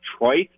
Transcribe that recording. Detroit